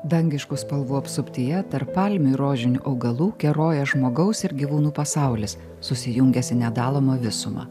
dangiškų spalvų apsuptyje tarp palmių ir rožinių augalų keroja žmogaus ir gyvūnų pasaulis susijungęs į nedalomą visumą